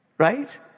Right